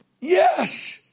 Yes